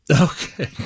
Okay